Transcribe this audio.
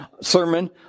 Sermon